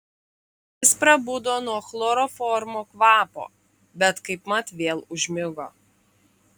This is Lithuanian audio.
jis prabudo nuo chloroformo kvapo bet kaipmat vėl užmigo